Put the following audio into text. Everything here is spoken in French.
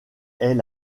est